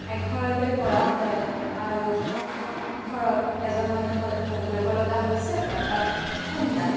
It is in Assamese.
এঘৰলৈ কৰা হয় আৰু ধৰক এজন মানুহলৈ ফোন কৰিবলগা হৈছে তেওঁৰ তাত ফোন নাই